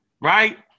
right